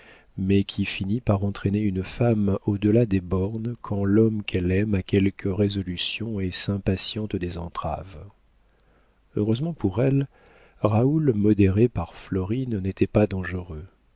mais qui finit par entraîner une femme au delà des bornes quand l'homme qu'elle aime a quelque résolution et s'impatiente des entraves heureusement pour elle raoul modéré par florine n'était pas dangereux